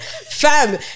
fam